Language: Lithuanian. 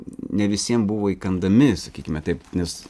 ne visiem buvo įkandami sakykime taip nes